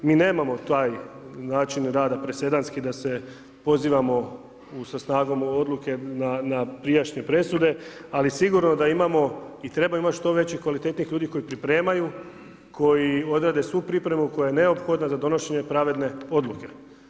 Mi nemamo taj način rada presedanski da se pozivamo sa snagom u odluke na prijašnje presude ali sigurno da imamo i trebamo imati što više kvalitetnijih ljudi koji pripremaju, koji odrade svu pripremu koja je neophodna za donošenje pravedne odluke.